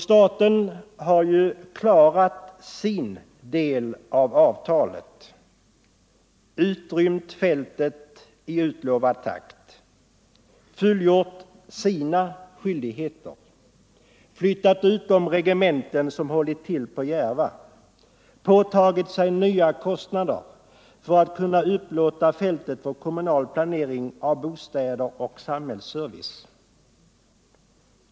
Staten har nämligen klarat sin del av avtalet — utrymt fältet i utlovad takt, fullgjort sina skyldigheter, flyttat ut de regementen som hållit till på Järva, påtagit sig nya kostnader för att kunna upplåta fältet för kommunal planering av bostäder och samhällsservice.